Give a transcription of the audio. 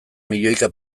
milioika